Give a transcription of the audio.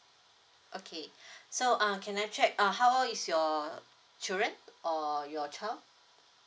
okay so uh can I check uh how old is your children uh or your child